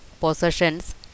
possessions